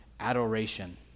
adoration